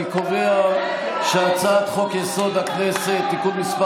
אני קובע שהצעת חוק-יסוד: הכנסת (תיקון מס'